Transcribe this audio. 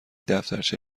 دفترچه